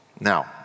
Now